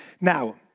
Now